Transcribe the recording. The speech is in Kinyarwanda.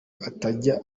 atajya